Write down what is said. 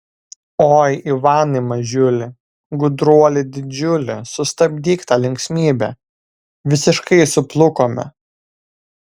oi ivanai mažiuli gudruoli didžiuli sustabdyk tą linksmybę visiškai suplukome